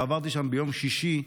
כשעברתי שם ביום שישי,